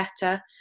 better